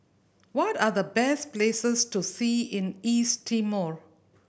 what are the best places to see in East Timor